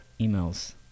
emails